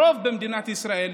הרוב במדינת ישראל,